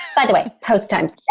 by the way, post time's yeah